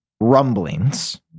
rumblings